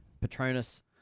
Patronus